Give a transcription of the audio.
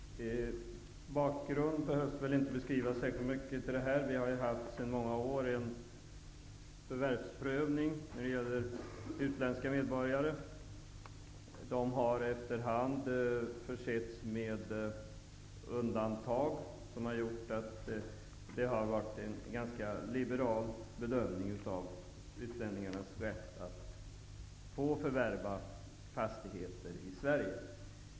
Fru talman! Bakgrunden behöver väl inte beskrivas särskilt mycket. Det sker sedan många år en prövning av utländska medborgares förvärv av fastigheter i Sverige. Reglerna har efter hand försetts med undantag som har gjort att det varit en ganska liberal bedömning av utlänningars rätt att få förvärva fastigheter i vårt land.